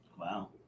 Wow